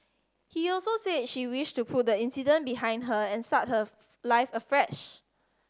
he also said she wished to put the incident behind her and start her life afresh